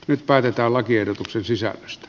nyt päätetään lakiehdotuksen sisällöstä